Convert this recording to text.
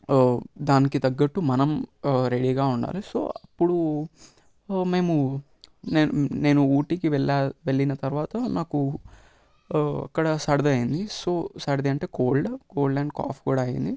దానికి తగ్గట్టు మనం రెడీగా ఉండాలి సో అప్పుడు మేము నేను నేను ఊటీకి వెళ్ళాలి వెళ్ళిన తరువాత నాకు అక్కడ సర్ది అయింది సో సర్ది అంటే కోల్డ్ కోల్డ్ అండ్ కాఫ్ కూడా అయింది